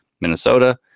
Minnesota